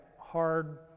hard